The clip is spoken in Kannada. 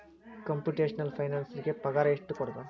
ಕಂಪುಟೆಷ್ನಲ್ ಫೈನಾನ್ಸರಿಗೆ ಪಗಾರ ಎಷ್ಟ್ ಕೊಡ್ತಾರ?